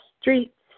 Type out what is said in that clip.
streets